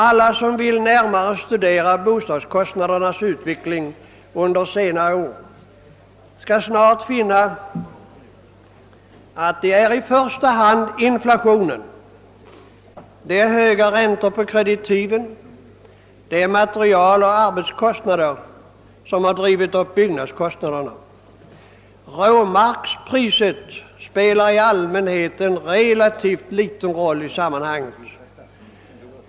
Alla som närmare vill studera bostadskostnadernas utveckling under senare år skall snart finna, att det i första hand är inflationen, de höga kreditivräntorna samt materialoch arbetskostnaderna som har drivit upp byggnadskostnaderna. :Råmarkspriset spelar i allmänhet en relativt liten roll i sammanhanget.